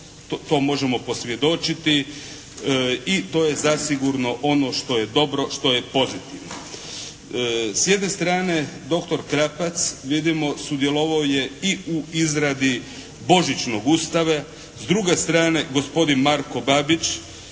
to možemo posvjedočiti i to je zasigurno ono što je dobro, što je pozitivno. S jedne strane dr. Krapac vidimo sudjelovao je i u izradi božićnog Ustava. S druge strane gospodin Marko Babić